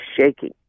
shaking